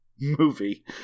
movie